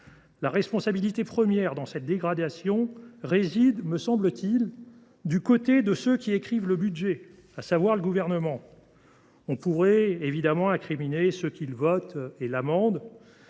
La responsabilité première dans cette dégradation est à chercher, me semble t il, du côté de ceux qui écrivent le budget, à savoir le Gouvernement. On pourrait évidemment incriminer ceux qui le votent et l’amendent,